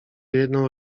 jedną